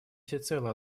всецело